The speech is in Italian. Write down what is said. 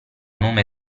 nome